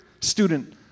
student